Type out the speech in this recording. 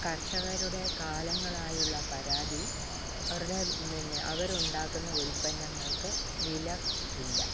കർഷകരുടെ കാലങ്ങളായുള്ള പരാതി അവരുടെ പിന്നെ അവരുണ്ടാക്കുന്ന ഉൽപ്പന്നങ്ങൾക്ക് വില ഇല്ല